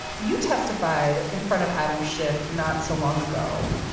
you testified in front of adam schiff not so long ago.